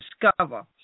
discover